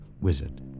Wizard